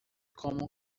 como